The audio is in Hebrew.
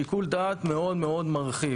שיקול דעת מאוד מרחיב.